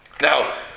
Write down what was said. Now